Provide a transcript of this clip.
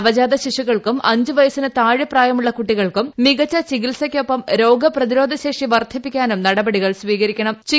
നവജാത ശിശുക്കൾക്കൂർ ്അഞ്ച് വയസ്സിനു താഴെ പ്രായമുള്ള കുട്ടികൾക്കും മികച്ച ചിക്ടിത്സ്ക്കൊപ്പം രോഗപ്രതിരോധ ശേഷി വർധിപ്പിക്കാനും നടപടികൾ സ്പീക്കര്ക്കണം